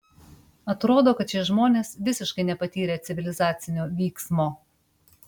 atrodo kad šie žmonės visiškai nepatyrę civilizacinio vyksmo